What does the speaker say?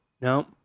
no